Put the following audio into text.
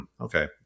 okay